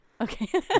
Okay